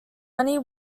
money